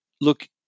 Look